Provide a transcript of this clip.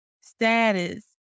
status